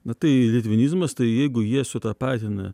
nu tai litvinizmas tai jeigu jie sutapatina